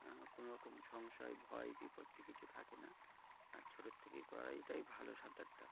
কোন রকম সংশয় ভয় বিপত্তি কিছু থাকে না আর ছোটর থেকেই করাটাই ভালো সাঁতারটা